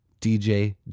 DJ